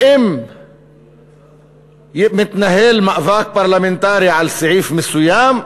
ואם מתנהל מאבק פרלמנטרי על סעיף מסוים,